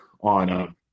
on –